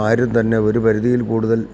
ആരും തന്നെ ഒരു പരിധിയിൽ കൂടുതൽ